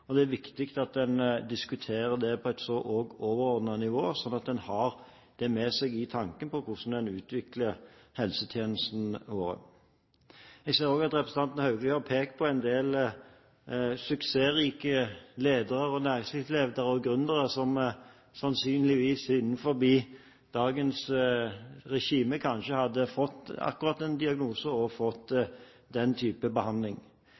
og det er viktig at en diskuterer det på et overordnet nivå, slik at en har med seg i tankene hvordan en utvikler helsetjenestene våre. Jeg ser også at representanten Haugli har pekt på en del suksessrike ledere, næringslivsledere og gründere, som sannsynligvis innenfor dagens regime kanskje hadde fått en diagnose og fått den type behandling.